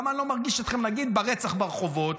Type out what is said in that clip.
למה לא מרגיש אתכם, נגיד, ברצח ברחובות?